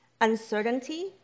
uncertainty